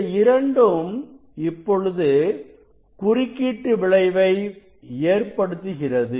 இந்த இரண்டும் இப்பொழுது குறுக்கீட்டு விளைவை ஏற்படுத்துகிறது